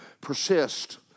persist